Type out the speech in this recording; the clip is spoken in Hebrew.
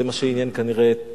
זה מה שעניין כנראה את מישהו,